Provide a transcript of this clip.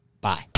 bye